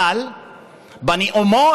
אבל בנאומו,